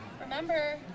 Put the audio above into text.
Remember